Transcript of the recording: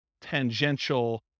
tangential